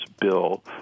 bill